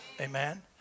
amen